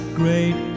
great